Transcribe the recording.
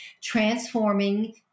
transforming